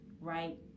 right